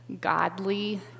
godly